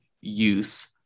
use